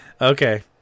Okay